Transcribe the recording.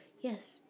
Yes